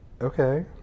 Okay